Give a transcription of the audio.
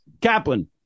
Kaplan